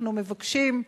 אנחנו מבקשים,